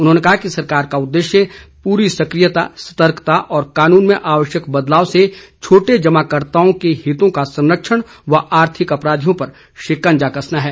उन्होंने कहा कि सरकार का उदेश्य पूरी सक्रियता सतर्कता और कानून में आवश्यक बदलाव से छोटे जमाकर्ताओं के हितों का संरक्षण व आर्थिक अपराधियों पर शिकंजा कसना है